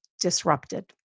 disrupted